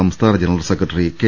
സംസ്ഥാന general secretary K